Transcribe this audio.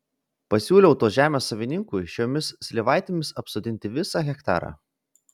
pasiūliau tos žemės savininkui šiomis slyvaitėmis apsodinti visą hektarą